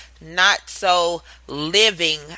not-so-living